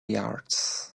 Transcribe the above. yards